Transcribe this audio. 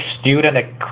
student